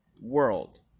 world